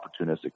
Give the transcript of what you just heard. opportunistic